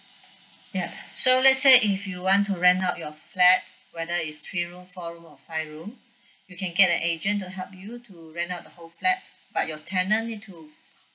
yup so let's say if you want to rent out your flat whether it's three room four room or five room you can get an agent to help you to rent out the whole flat but your tenant need to